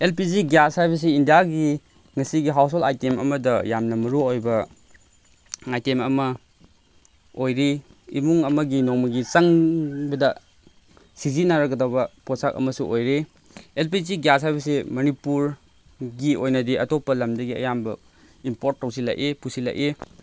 L P G gas ꯍꯥꯏꯕꯁꯤ ꯏꯟꯗꯤꯌꯥꯒꯤ ꯉꯁꯤꯒꯤ ꯍꯥꯎꯁ ꯍꯣꯜ ꯑꯥꯏꯇꯦꯝ ꯑꯃꯗ ꯌꯥꯝꯅ ꯃꯔꯨꯑꯣꯏꯕ ꯑꯥꯏꯇꯦꯝ ꯑꯃ ꯑꯣꯏꯔꯤ ꯏꯃꯨꯡ ꯑꯃꯒꯤ ꯅꯣꯡꯃꯒꯤ ꯆꯪꯕꯗ ꯁꯤꯖꯤꯟꯅꯔꯒꯗꯕ ꯄꯣꯠꯁꯛ ꯑꯃꯁꯨ ꯑꯣꯏꯔꯤ ꯑꯦꯜ ꯄꯤ ꯖꯤ ꯒ꯭ꯌꯥꯁ ꯍꯥꯏꯕꯁꯤ ꯃꯅꯤꯄꯨꯔꯒꯤ ꯑꯣꯏꯅꯗꯤ ꯑꯇꯣꯞꯄ ꯂꯝꯗꯒꯤ ꯑꯌꯥꯝꯕ ꯏꯝꯄꯣꯔꯠ ꯇꯧꯁꯤꯜꯂꯛꯏ ꯄꯨꯁꯤꯜꯂꯛꯏ